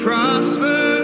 Prosper